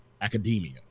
academia